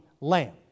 lamb